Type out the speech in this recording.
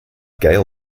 gail